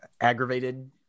aggravated